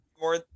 more